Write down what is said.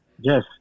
Yes